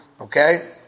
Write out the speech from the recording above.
Okay